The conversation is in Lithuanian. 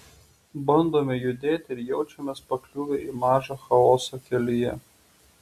bandome judėti ir jaučiamės pakliuvę į mažą chaosą kelyje